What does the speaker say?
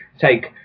take